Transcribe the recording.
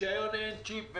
ברישיון אין צ'יפ,